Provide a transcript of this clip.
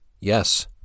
Yes